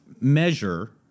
measure